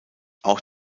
auch